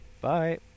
Bye